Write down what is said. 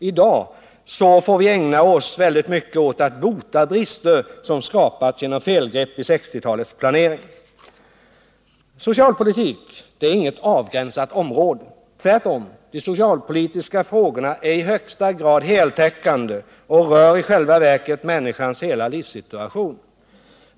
I dag måste vi ägna oss åt att avhjälpa brister som skapats genom felgrepp i 1960-talets planering. Socialpolitik är inget avgränsat område. Tvärtom — de socialpolitiska frågorna är i högsta grad heltäckande och rör i själva verket människans hela livssituation.